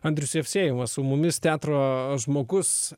andrius jevsejevas su mumis teatro žmogus